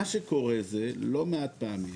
מה שקורה זה לא מעט פעמים